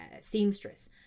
seamstress